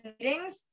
meetings